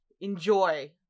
enjoy